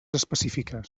específiques